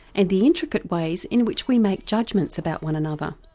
and the intricate ways in which we make judgments about one another.